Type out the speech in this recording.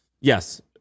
Yes